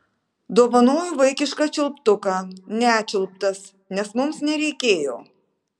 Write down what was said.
dovanoju vaikišką čiulptuką nečiulptas nes mums nereikėjo